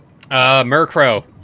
Murkrow